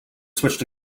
switched